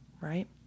Right